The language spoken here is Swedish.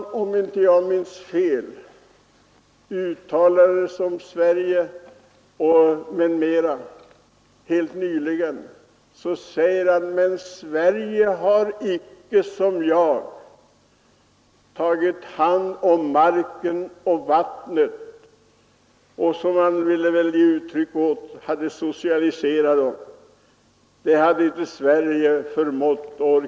Om jag inte minns fel uttalade shahen helt nyligen sin förvåning över att Sverige inte socialiserat mark och vatten, vilket han hade gjort i sitt land. Det hade inte Sverige orkat med.